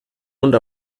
und